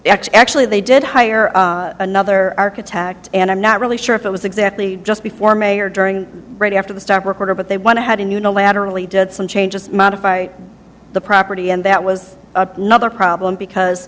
x actually they did hire another architect and i'm not really sure if it was exactly just before mayor during right after the stop work order but they want to head in unilaterally did some changes modify the property and that was no other problem because